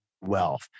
Wealth